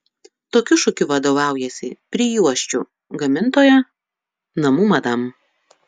tokiu šūkiu vadovaujasi prijuosčių gamintoja namų madam